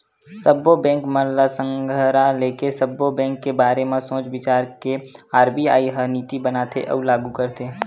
सब्बो बेंक मन ल संघरा लेके, सब्बो बेंक के बारे म सोच बिचार के आर.बी.आई ह नीति बनाथे अउ लागू करथे